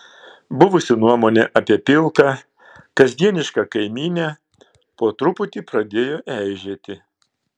buvusi nuomonė apie pilką kasdienišką kaimynę po truputį pradėjo eižėti